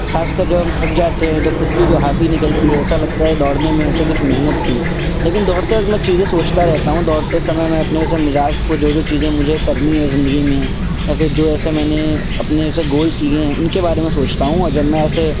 کھاص کر جب ہم تھک جاتے ہیں تو خود کی جو ہافی نکلتی ہے ایسا لگتا ہے دوڑنے میں ایسے کچھ محنت کی لیکن دوڑتے وقت میں چیزیں سوچتا رہتا ہوں دوڑتے سمے میں اپنے ایسے مزاج کو جو چیزیں مجھے کرنی ہے زندگی میں یا پھر جو ایسے میں نے اپنے ایسے گولس لیے ہیں ان کے بارے میں سوچتا ہوں اور جب میں ایسے